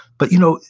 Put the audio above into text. but you know,